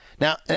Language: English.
Now